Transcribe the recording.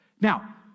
Now